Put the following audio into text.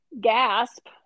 gasp